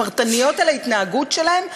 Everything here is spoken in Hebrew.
פרטניות על ההתנהגות שלהם,